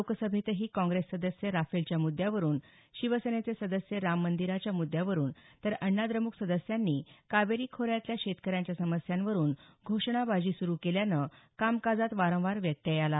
लोकसभेतही काँग्रेस सदस्य राफेलच्या मृद्यावरून शिवसेनेचे सदस्य राम मंदिराच्या मृद्यावरून तर अण्णाद्रमुक सदस्यांनी कावेरी खोऱ्यातल्या शेतकऱ्यांच्या समस्यांवरून घोषणाबाजी सुरू केल्यानं कामकाजात वारंवार व्यत्यय आला